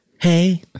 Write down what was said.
hey